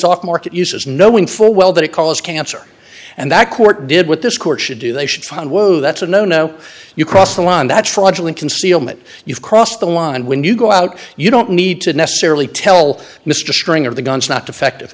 off market uses knowing full well that it caused cancer and that court did with this court should do they should find whoa that's a no no you crossed a line that fraudulent concealment you've crossed the line when you go out you don't need to necessarily tell mr string of the guns not defective